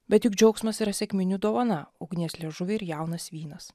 bet juk džiaugsmas yra sekminių dovana ugnies liežuviai ir jaunas vynas